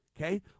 Okay